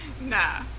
Nah